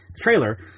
trailer